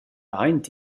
aint